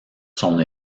son